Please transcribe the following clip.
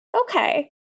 Okay